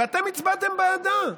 ואתם הצבעתם בעדה.